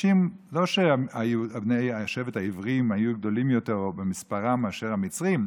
לא שבני השבט העבריים היו גדולים יותר במספרם מאשר המצרים,